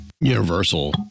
Universal